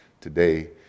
today